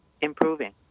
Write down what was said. improving